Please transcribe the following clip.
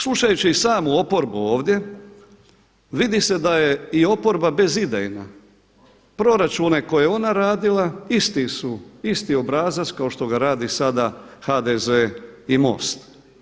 Slušajući i sam oporbu ovdje vidi se da je i oporba bezidejna, proračune koje je ona radila isti su, isti obrazac kao što ga radi sada HDZ i MOST.